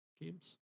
games